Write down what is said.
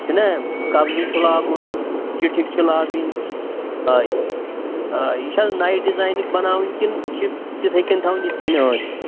چھُنا قبضہٕ چھُ لاگُن چُٹھِکۍ چھِ لاگٕنۍ آ آ یہِ چھا نَیہِ ڈِیزایِنٕکۍ بَناوٕنۍ کِنہٕ یہِ چھِ تِتھٕے کٔنۍ تھاوٕنۍ یِتھٕ کٔنۍ ٲسۍ یِم